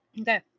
Okay